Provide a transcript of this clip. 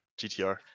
GTR